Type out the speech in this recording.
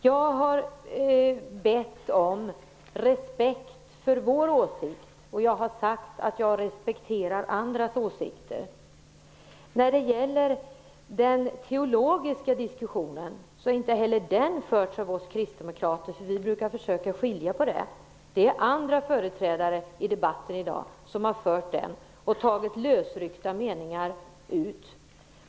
Jag har bett om respekt för vår åsikt, och jag har sagt att jag respekterar andras åsikter. Den teologiska diskussionen har inte heller den förts av oss kristdemokrater. Vi brukar försöka skilja på detta. Det är andra företrädare i debatten i dag som har fört den och tagit lösryckta meningar.